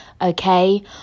okay